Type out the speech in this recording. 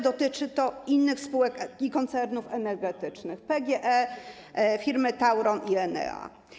Dotyczy to także innych spółek i koncernów energetycznych: PGE, firm Tauron i Enea.